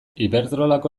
iberdrolako